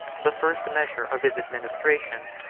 the first measure of his administration,